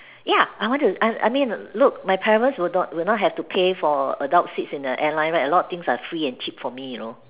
ya I want to I I mean look my parents would not will not have to pay for the adult seats in the airline right a lot of things are free and cheap for me you know